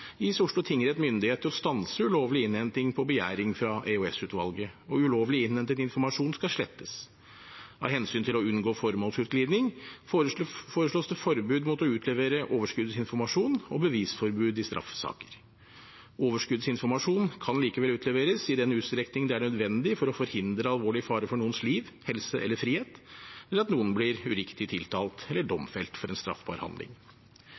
gis Oslo tingrett myndighet til å stanse ulovlig innhenting på begjæring fra EOS-utvalget, og ulovlig innhentet informasjon skal slettes. Av hensyn til å unngå formålsutglidning foreslås det forbud mot å utlevere overskuddsinformasjon og bevisforbud i straffesaker. Overskuddsinformasjon kan likevel utleveres i den utstrekning det er nødvendig for å forhindre alvorlig fare for noens liv, helse eller frihet, eller at noen blir uriktig tiltalt eller domfelt for en straffbar handling.